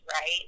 right